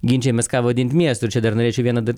ginčijamės ką vadint miestu čia dar norėčiau vieną dar